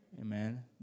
amen